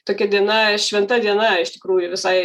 tokia diena šventa diena iš tikrųjų visai